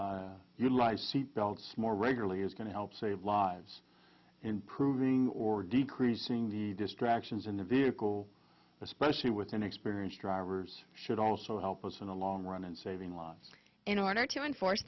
utilize seatbelts more regularly is going to help save lives improving or decreasing the distractions in the vehicle especially with inexperienced drivers should also help us in the long run and saving lives in order to enforce